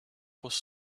was